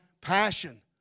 passion